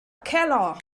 keller